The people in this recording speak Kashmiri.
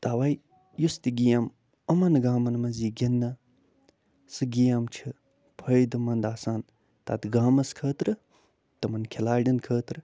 تَوَے یُس تہِ گیم یِمَن گامَن منٛز یی گِنٛدنہٕ سُہ گیم چھِ فٲیِدٕمنٛد آسان تَتھ گامَس خٲطرٕ تِمَن کھلاڑٮ۪ن خٲطرٕ